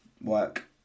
work